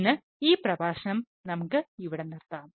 ഇന്ന് ഈ പ്രഭാഷണം നമുക്ക് ഇവിടെ നിർത്താം